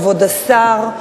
כבוד השר,